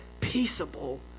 peaceable